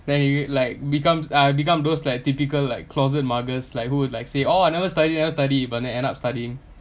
then y~ you like becomes ah become those like typical like closet muggers like who would like say oh I never study never study but then end up studying